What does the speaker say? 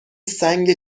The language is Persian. سنگ